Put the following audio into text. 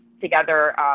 together